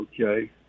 okay